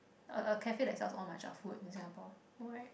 a a cafe that sells all matcha food in Singapore no right